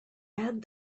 add